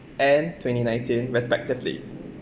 and twenty nineteen respectively